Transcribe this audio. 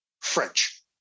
French